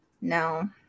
no